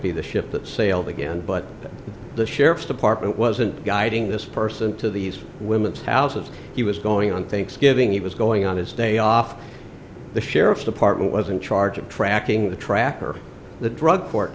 be the ship that sailed again but the sheriff's department wasn't guiding this person to these women's houses he was going on thanksgiving it was going on his day off the sheriff's department was in charge of tracking the tracker the drug